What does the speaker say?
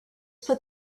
put